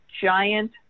giant